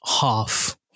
half